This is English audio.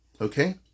okay